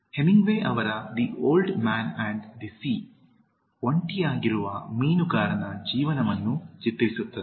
Hemingway ಅವರ the old man and the sea ಒಂಟಿಯಾಗಿರುವ ಮೀನುಗಾರನ ಜೀವನವನ್ನು ಚಿತ್ರಿಸುತ್ತದೆ